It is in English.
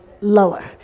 lower